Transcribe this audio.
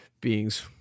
beings